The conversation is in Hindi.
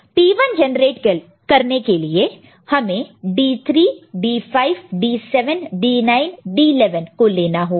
तो P1 जनरेट करने के लिए हमें D 3 D 5 D 7 D 9 D 11 को लेना होगा